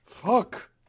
fuck